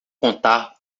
contar